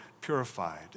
purified